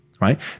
right